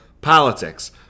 politics